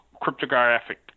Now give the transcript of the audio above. cryptographic